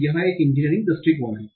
तो यह इंजीनियरिंग दृष्टिकोण है